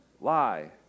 lie